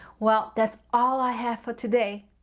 well, that's all i have for today.